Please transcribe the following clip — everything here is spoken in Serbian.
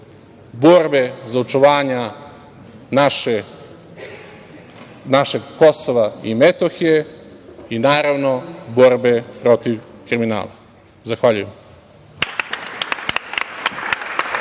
borbe za očuvanje našeg Kosova i Metohije i naravno, borbe protiv kriminala. Zahvaljujem.